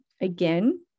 again